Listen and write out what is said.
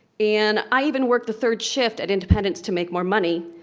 and i even worked the third shift at independence to make more money,